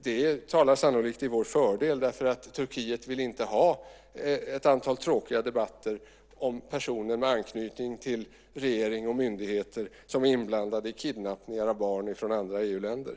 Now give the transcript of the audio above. Det talar sannolikt till vår fördel därför att Turkiet inte vill ha ett antal tråkiga debatter om personer med anknytning till regering och myndigheter som är inblandade i kidnappningar av barn från andra EU-länder.